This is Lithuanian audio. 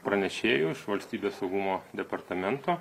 pranešėju iš valstybės saugumo departamento